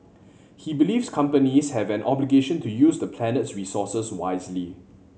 he believes companies have an obligation to use the planet's resources wisely